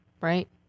Right